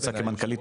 כמנכ"לית,